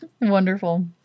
wonderful